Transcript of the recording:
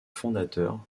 fondateurs